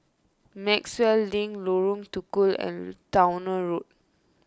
Maxwell Link Lorong Tukol and Towner Road